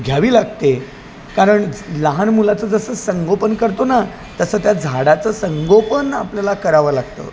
घ्यावी लागते कारण लहान मुलाचं जसं संगोपन करतो ना तसं त्या झाडाचं संगोपन आपल्याला करावं लागतं